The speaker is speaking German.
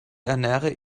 ernähre